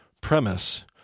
premise